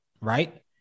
right